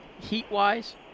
heat-wise